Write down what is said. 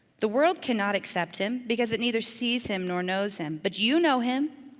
the world cannot accept him, because it neither sees him nor knows him. but you know him,